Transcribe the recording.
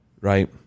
right